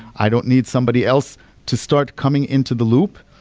i don't need somebody else to start coming into the loop.